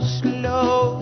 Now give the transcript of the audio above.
slow